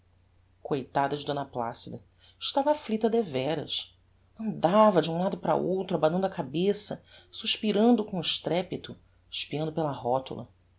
coitada de d placida estava afflicta deveras andava de um lado para outro abanando a cabeça suspirando com estrepito espiando pela rotula